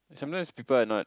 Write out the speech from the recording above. sometimes people are not